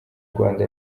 rwanda